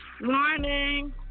morning